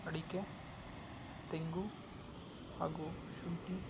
ಅಡಿಕೆ ತೆಂಗು ಹಾಗು ಶುಂಠಿ